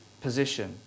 position